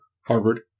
Harvard